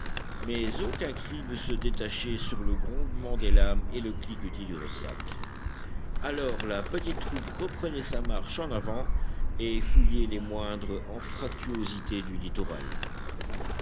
mais aucun cri ne se détachait sur le grondement des lames et le cliquetis du ressac alors la petite troupe reprenait sa marche en avant et fouillait les moindres anfractuosités du littoral